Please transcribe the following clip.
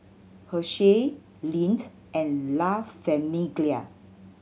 Herschel Lindt and La Famiglia